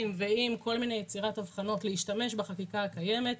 ועם כל מיני יצירת הבחנות הוא להשתמש בחקיקה הקיימת.